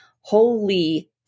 holy